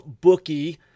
Bookie